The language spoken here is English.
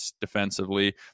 defensively